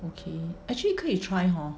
okay actually 可以 try hor